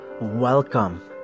Welcome